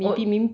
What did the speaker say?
oh